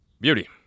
beauty